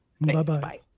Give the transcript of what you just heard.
Bye-bye